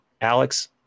Alex